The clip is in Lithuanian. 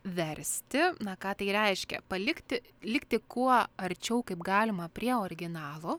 versti na ką tai reiškia palikti likti kuo arčiau kaip galima prie originalų